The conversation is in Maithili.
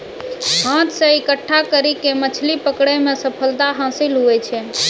हाथ से इकट्ठा करी के मछली पकड़ै मे सफलता हासिल हुवै छै